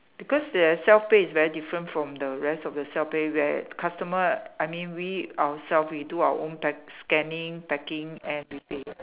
because their self pay is very different from the rest of the self pay where customer I mean we ourself we do our own pack scanning packing and we pay